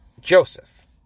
Joseph